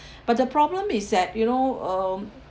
but the problem is that you know um